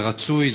זה רצוי,